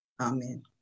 Amen